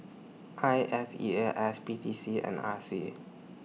I S E A S P T C and R C